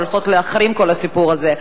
הולכות להחרים את כל הסיפור הזה,